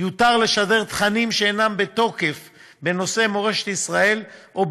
יותר לשדר תכנים שאינם בתוקף בנושא מורשת ישראל או